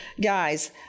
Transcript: Guys